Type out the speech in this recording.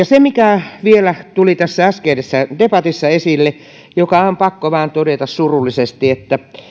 se mikä vielä tuli tässä äskeisessä debatissa esille mikä on pakko vain todeta surullisesti on että